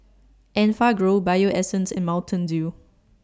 Enfagrow Bio Essence and Mountain Dew